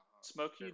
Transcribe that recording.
smoky